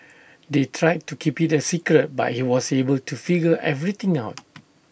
they tried to keep IT A secret but he was able to figure everything out